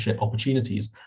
opportunities